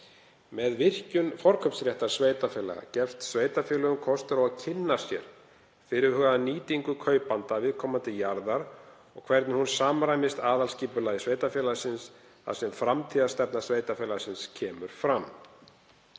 Með virkjun forkaupsréttar sveitarfélaga gefst sveitarfélögum kostur á að kynna sér fyrirhugaða nýtingu kaupanda viðkomandi jarðar og hvernig hún samræmist aðalskipulagi sveitarfélagsins þar sem framtíðarstefna sveitarfélagsins kemur fram.